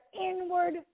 inward